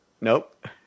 Nope